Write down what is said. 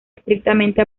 estrictamente